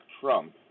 Trump